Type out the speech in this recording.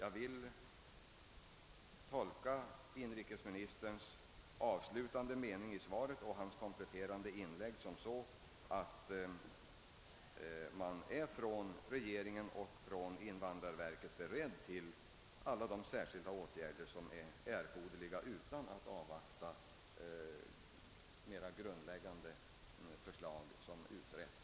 Jag vill tolka inrikesmi nisterns avslutande mening i det kompletterande inlägget så, att regeringen och invandrarverket är beredda att vidtaga alla de särskilda åtgärder som visar sig erforderliga utan att avvakta resultatet av de mera grundläggande undersökningarna.